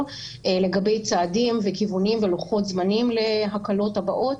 לגבי צעדים וכיוונים ולוחות זמנים להקלות הבאות,